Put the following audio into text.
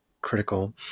critical